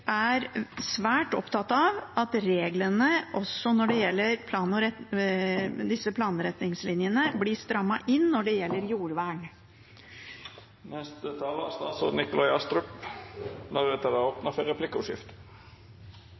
er svært opptatt av at reglene også når det gjelder disse planretningslinjene, blir strammet inn når det gjelder jordvern.